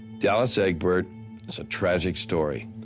dallas egbert, it's a tragic story.